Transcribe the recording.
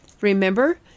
Remember